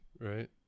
Right